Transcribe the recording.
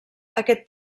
aquest